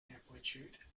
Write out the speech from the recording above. amplitude